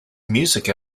music